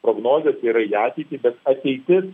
prognozės yra į ateitį bet ateitis